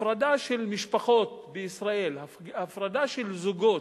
הפרדה של משפחות בישראל, הפרדה של זוגות,